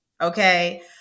okay